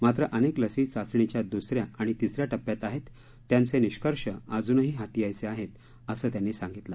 मात्र अनेक लसी चाचणीच्या द्सऱ्या आणि तिसऱ्या टप्प्यात आहेत त्यांचे निष्कर्ष अजूनही हाती यायचे आहेत असं त्यांनी सांगितलं